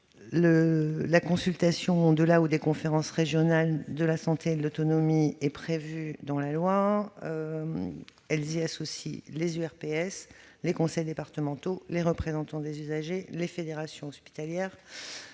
la consultation des conférences régionales de la santé et de l'autonomie est prévue dans la loi ; y sont associés les URPS, les conseils départementaux, les représentants des usagers et les fédérations hospitalières.